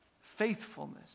faithfulness